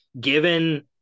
given